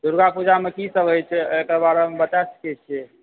दुर्गा पूजामे की सभ होइ छै एहिके बारेमे बता सकै छिए